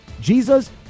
Jesus